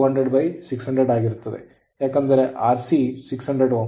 Ic 200600 ಆಗಿರುತ್ತದೆ ಏಕೆಂದರೆ Rc 600 Ohm